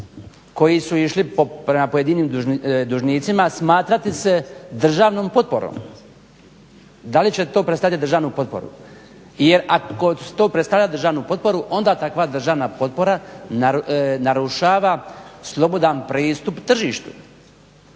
koji su išli prema pojedinim dužnicima smatrati se državnom potporom, da li će to predstavljati državnu potporu? Jer ako to predstavlja državnu potporu onda takva državna potpora narušava slobodan pristup tržištu